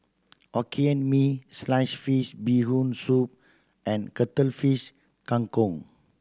Hokkien Mee slice fish Bee Hoon Soup and Cuttlefish Kang Kong